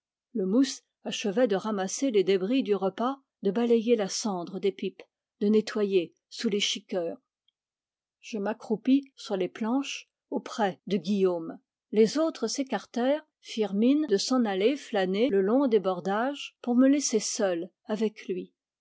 le mousse achevait de ramasser les débris du repas de balayer la cendre des pipes de nettoyer sous les chiqueurs je m'accroupis sur les planches auprès de guillaume les autres s'écartèrent firent mine de s'en aller flâner le long des bordages pour me laisser seul avec lui